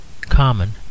common